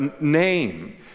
name